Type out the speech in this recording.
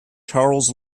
charles